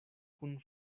kun